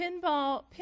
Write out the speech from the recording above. pinball